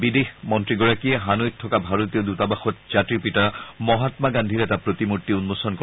বিদেশ মন্ত্ৰীগৰাকীয়ে হানৈত থকা ভাৰতীয় দূটাবাসত জাতিৰ পিতা মহাম্মা গান্ধীৰ এটা প্ৰতিমূৰ্তি উন্মোচন কৰে